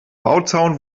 bauzaun